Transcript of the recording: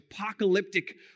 apocalyptic